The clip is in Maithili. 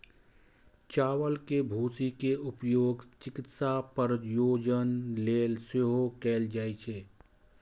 चावल के भूसी के उपयोग चिकित्सा प्रयोजन लेल सेहो कैल जाइ छै